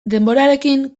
denborarekin